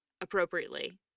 appropriately